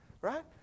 right